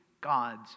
God's